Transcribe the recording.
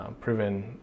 proven